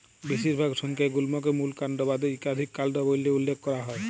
বেশিরভাগ সংখ্যায় গুল্মকে মূল কাল্ড বাদে ইকাধিক কাল্ড ব্যইলে উল্লেখ ক্যরা হ্যয়